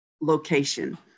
location